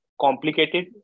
complicated